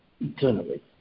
eternally